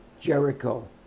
Jericho